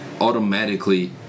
automatically